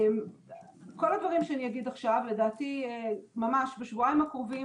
כל הדברים שאני אגיד עכשיו --- לדעתי ממש בשבועיים הקרובים,